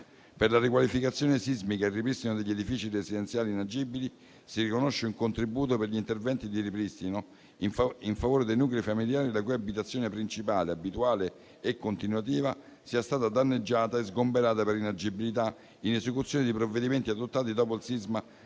Per la riqualificazione sismica e il ripristino degli edifici residenziali inagibili si riconosce un contributo per gli interventi di ripristino in favore dei nuclei familiari la cui abitazione principale abituale e continuativa sia stata danneggiata e sgomberata per inagibilità in esecuzione di provvedimenti adottati dopo il sisma